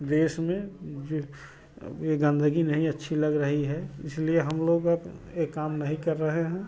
देश में जे अब ये गंदगी नहीं अच्छी लग रही है इसलिए हम लोग अब ये काम नहीं कर रहे हैं